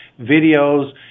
videos